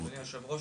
אדוני היושב-ראש,